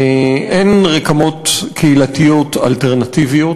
אין רקמות קהילתיות אלטרנטיביות.